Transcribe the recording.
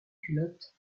culottes